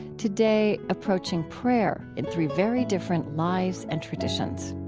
today, approaching prayer in three very different lives and traditions